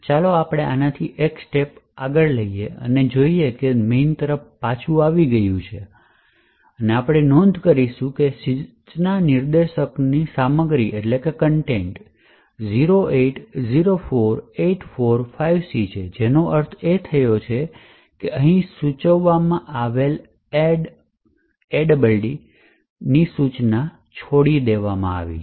ચાલો આપણે આનાથી એક સ્ટેપપગલું લઈએ અને જોઈએ કે તે મેઇન તરફ પાછું આવી ગયું છે અને આપણે નોંધ કરીશું કે સૂચના નિર્દેશકની સામગ્રી 0804845c છે જેનો અર્થ એ છે કે અહીં સૂચવવામાં આવેલી એડ સૂચના છોડી દેવામાં આવી છે